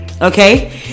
okay